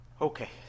Okay